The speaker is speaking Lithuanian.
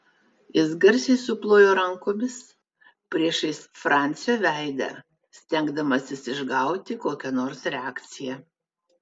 jis garsiai suplojo rankomis priešais francio veidą stengdamasis išgauti kokią nors reakciją